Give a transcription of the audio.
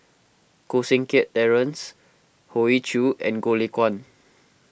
Koh Seng Kiat Terence Hoey Choo and Goh Lay Kuan